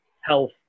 health